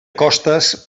costes